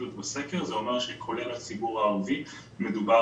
זה אומר שאם כוללים את הציבור הערבי מדובר